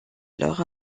alors